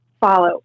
follow